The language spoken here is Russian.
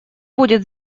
будет